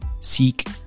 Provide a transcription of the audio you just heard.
Seek